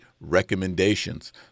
recommendations